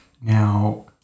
now